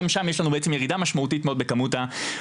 גם שם יש לנו ירידה משמעותית מאוד בכמות העובדים.